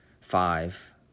five